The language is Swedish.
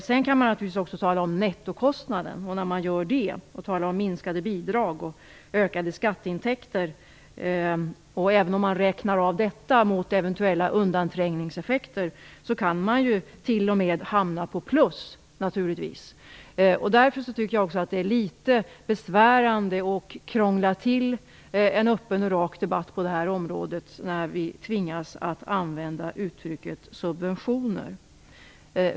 Sedan kan man naturligtvis också tala om nettokostnaden, minskade bidrag och ökade skatteintäkter. Även om man räknar av detta mot eventuella undanträngningseffekter kan man t.o.m. hamna på plus. Därför är det litet besvärande samtidigt som det krånglar till en öppen debatt på det här området när vi tvingas att använda uttrycket subventioner.